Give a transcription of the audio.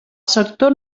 sector